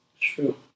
True